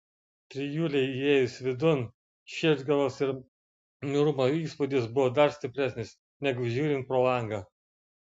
trijulei įėjus vidun širdgėlos ir niūrumo įspūdis buvo dar stipresnis negu žiūrint pro langą